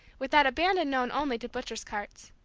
with that abandon known only to butchers' carts.